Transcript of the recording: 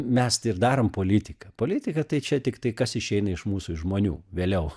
mes tai ir darom politiką politika tai čia tiktai kas išeina iš mūsų iš žmonių vėliau